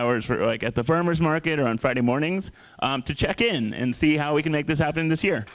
hours for like at the farmers market or on friday mornings to check in and see how we can make this happen this year